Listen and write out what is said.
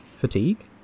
Fatigue